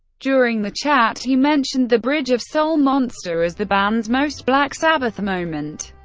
during the chat, he mentioned the bridge of soul monster as the band's most black sabbath moment,